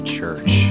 Church